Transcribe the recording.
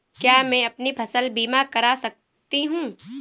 क्या मैं अपनी फसल बीमा करा सकती हूँ?